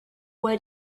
what